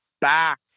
back